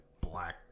black